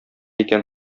икән